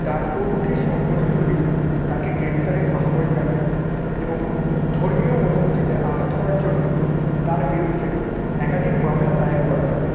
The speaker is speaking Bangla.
ডানপন্থী সংগঠনগুলি তাকে গ্রেফতারের আহ্বান জানায় এবং ধর্মীয় অনুভূতিতে আঘাত করার জন্য তার বিরুদ্ধে একাধিক মামলা দায়ের করা হয়